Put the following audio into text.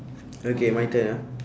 okay my turn ah